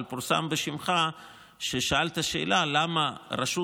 אבל פורסם בשמך ששאלת שאלה: למה רשות